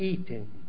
Eating